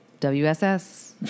WSS